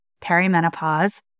perimenopause